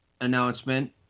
announcement